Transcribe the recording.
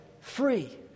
free